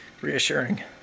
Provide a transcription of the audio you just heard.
Reassuring